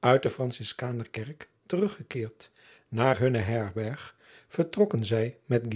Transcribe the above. it de ranciskaner kerk teruggekeerd naar hunne herberg vertrokken zij met